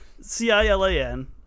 C-I-L-A-N